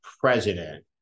president